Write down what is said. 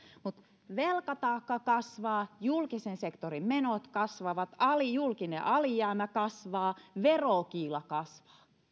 mutta velkataakka kasvaa julkisen sektorin menot kasvavat julkinen alijäämä kasvaa verokiila kasvaa